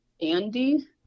Andy